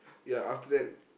ya after that